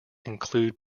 include